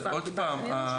עוד פעם,